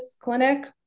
clinic